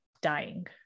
dying